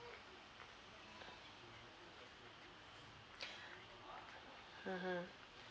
mmhmm